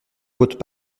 votre